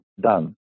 done